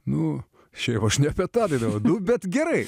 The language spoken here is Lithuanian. nu šiaip aš ne apie tą dainavau nu bet gerai